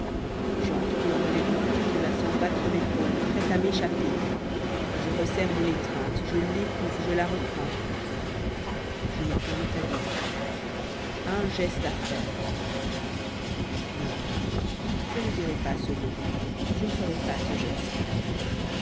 j'entr'ouvre les doigts et je la sens battre mes paumes prête à m'échapper je resserre mon étreinte je l'étouffe je la reprends je n'ai qu'un mot à dire un geste à faire non je ne dirai pas ce mot je ne ferai pas ce geste